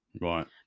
Right